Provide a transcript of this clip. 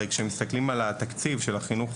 הרי כשמסתכלים על התקציב של החינוך